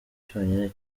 cyonyine